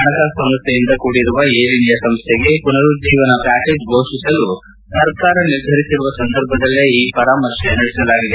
ಹಣಕಾಸು ಸಮಸ್ಟೆಯಿಂದ ಕೂಡಿರುವ ಏರ್ ಇಂಡಿಯಾ ಸಂಸ್ಟೆಗೆ ಮನರುಜ್ಜೀವನ ಪ್ಲಾಕೇಜ್ ಘೋಷಿಸಲು ಸರ್ಕಾರ ನಿರ್ಧರಿಸಿರುವ ಸಂದರ್ಭದಲ್ಲೇ ಈ ಪರಾಮರ್ತೆ ನಡೆಸಲಾಗಿದೆ